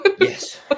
Yes